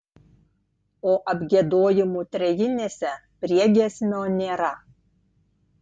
o apgiedojimų trejinėse priegiesmio nėra